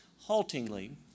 haltingly